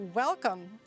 Welcome